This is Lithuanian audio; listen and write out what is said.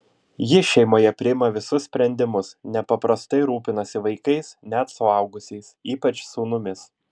ji šeimoje priima visus sprendimus nepaprastai rūpinasi vaikais net suaugusiais ypač sūnumis